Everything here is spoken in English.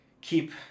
keep